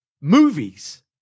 movies